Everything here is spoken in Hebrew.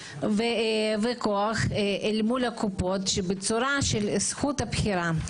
וכוח אל מול הקופות שבצורה של זכות הבחירה.